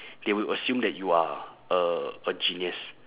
they will assume that you are a a genius